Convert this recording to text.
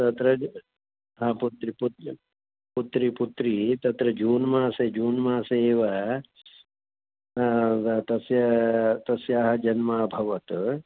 तत्रज् हा पुत्री पुत्री पुत्री पुत्री तत्र जून् मासे जून् मासे एव तस्याः तस्याः जन्म अभवत्